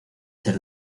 ser